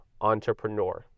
entrepreneur